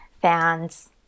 fans